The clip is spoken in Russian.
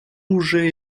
уже